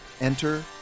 Enter